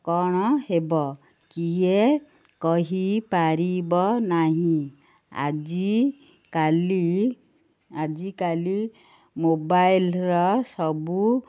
କ'ଣ ହେବ କିଏ କହିପାରିବ ନାହିଁ ଆଜିକାଲି ଆଜିକାଲି ମୋବାଇଲର ସବୁ